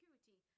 security